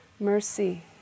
Mercy